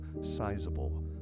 sizable